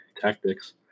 tactics